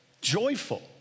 joyful